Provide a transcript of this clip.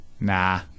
Nah